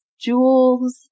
jewels